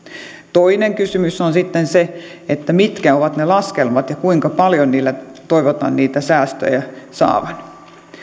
toinen kysymys on sitten se mitkä ovat ne laskelmat ja kuinka paljon niillä toivotaan niitä säästöjä saatavan